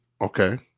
Okay